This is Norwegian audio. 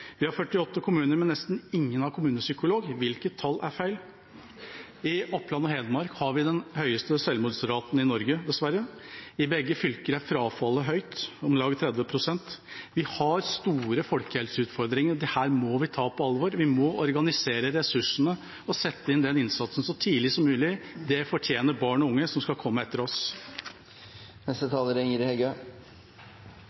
Vi har 48 kommuner, men nesten ingen har kommunepsykolog. Hvilket tall er feil? I Oppland og Hedmark har vi den høyeste selvmordsraten i Norge, dessverre. I begge fylkene er frafallet høyt: om lag 30 pst. Vi har store folkehelseutfordringer, og dette må vi ta på alvor. Vi må organisere ressursene og sette inn innsatsen så tidlig som mulig. Det fortjener barn og unge som skal komme etter oss.